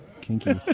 Kinky